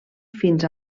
fins